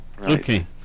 Okay